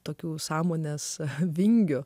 tokių sąmonės vingių